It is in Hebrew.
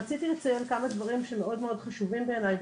רציתי לציין כמה דברים שמאוד חשובים בעיניי,